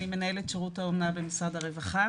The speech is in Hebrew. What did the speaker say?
אני מנהלת שרות האומנה במשרד הרווחה.